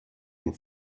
den